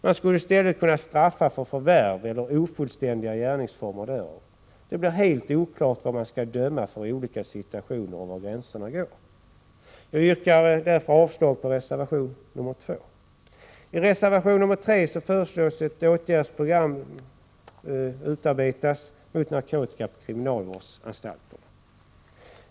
Man skulle i stället kunna straffa för förvärv eller ofullständiga gärningsformer därav. Det blir helt oklart vad man skall döma för i olika situationer och var gränserna går. Jag yrkar därför avslag på reservation 2. I reservation 3 föreslås att ett åtgärdsprogram utarbetas mot narkotika på kriminalvårdsanstalterna.